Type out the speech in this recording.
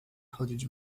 chodzić